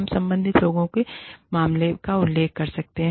हम संबंधित लोगों को मामले का उल्लेख कर सकते हैं